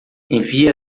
envie